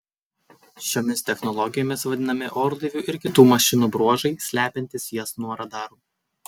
šiomis technologijomis vadinami orlaivių ir kitų mašinų bruožai slepiantys jas nuo radarų